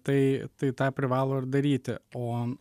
tai tai tą privalo ir daryti o